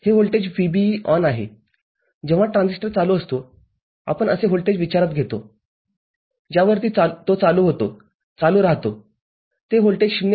हे voltage VBE आहे जेव्हा ट्रान्झिस्टर चालू असतो आपण असे व्होल्टेज विचारात घेतो ज्यावरती तो चालू होतो चालू राहतो ते व्होल्टेज ०